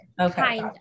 okay